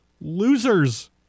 losers